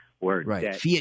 Right